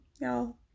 y'all